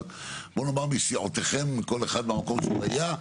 אבל בוא נאמר, מסיעותיכם, כל אחד מהמקום שהוא היה.